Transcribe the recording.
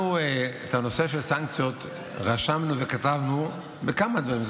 אנחנו את הנושא של סנקציות רשמנו וכתבנו בכמה דברים.